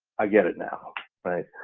i get it now, right?